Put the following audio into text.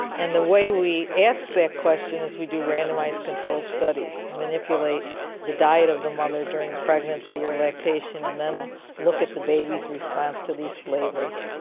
and the way we ask that question is we do randomised control studies, manipulate the diet of the mother during pregnancy or lactation and then look at the baby's response to these flavours,